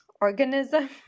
organism